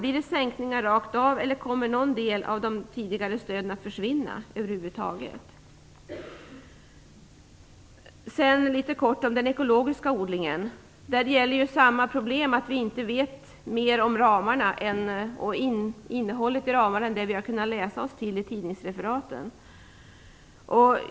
Blir det sänkningar rakt av eller kommer någon del av de tidigare stöden att försvinna? Så till den ekologiska odlingen. Där har vi samma problem, nämligen att vi inte vet mer om ramarna och innehållet än vad vi har kunnat läsa oss till i tidningsreferat.